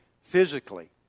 physically